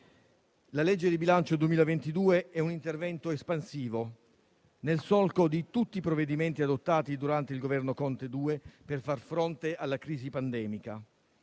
di legge di bilancio 2022 è un intervento espansivo, nel solco di tutti i provvedimenti adottati durante il Governo Conte II, per far fronte alla crisi pandemica.